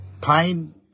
pain